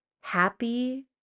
happy